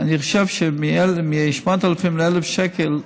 אני חושב שמ-8,000 ל-1,000 שקל,